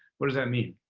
what does that mean?